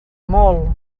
molt